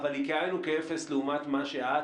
אבל היא כאין וכאפס לעומת מה שאת